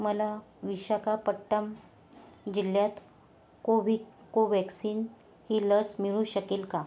मला विशाखापट्टणम् जिल्ह्यात कोवि कोव्हॅक्सिन ही लस मिळू शकेल का